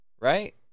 right